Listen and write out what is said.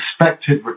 expected